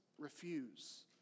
Refuse